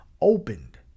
opened